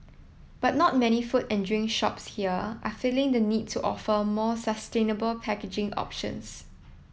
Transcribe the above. but not many food and drink shops here are feeling the need to offer more sustainable packaging options